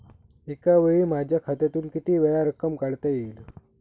एकावेळी माझ्या खात्यातून कितीवेळा रक्कम काढता येईल?